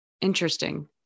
Interesting